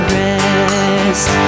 rest